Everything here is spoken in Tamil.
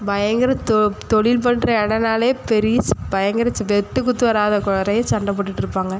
பயங்கர தொ தொழில் பண்ணுற இடன்னாலே பெரிசு பயங்கர வெட்டுக்குத்து வராத குறையா சண்ட போட்டுகிட்டு இருப்பாங்க